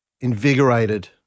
invigorated